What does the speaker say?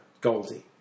Goldie